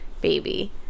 baby